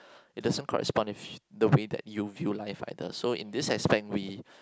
it doesn't correspond with the way you view life either so in this aspect we